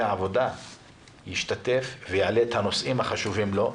העבודה ישתתף ויעלה את הנושאים החשובים לו.